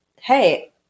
Hey